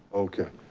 okay.